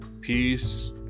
peace